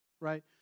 right